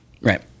Right